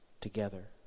together